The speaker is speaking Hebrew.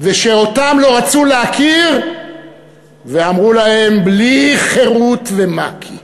ושאותם לא רצו להכיר ואמרו להם: בלי חרות ומק"י.